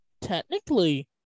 Technically